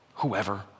whoever